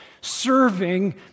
serving